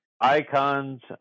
icons